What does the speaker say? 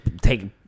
take